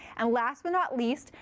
and last but not least,